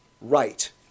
right